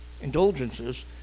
indulgences